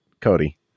Cody